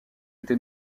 été